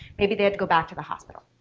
maybe they had to go back to the hospital.